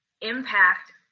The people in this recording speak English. impact